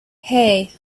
hey